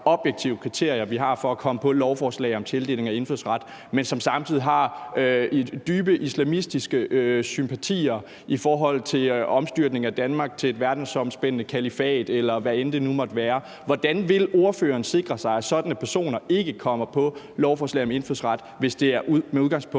objektive kriterier, vi har, for at komme på et lovforslag om tildeling af indfødsret, men som samtidig har dybe islamistiske sympatier i forhold til omstyrtning af Danmark til et verdensomspændende kalifat, eller hvad end det nu måtte være. Hvordan vil ordføreren sikre sig, at sådanne personer ikke kommer på lovforslag om indfødsret, hvis det er med udgangspunkt